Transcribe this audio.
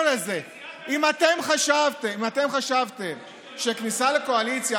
אם אתם חשבתם שכניסה לקואליציה,